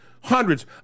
hundreds